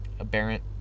aberrant